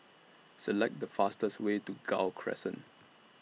Select The fastest Way to Gul Crescent